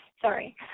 sorry